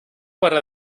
para